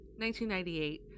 1998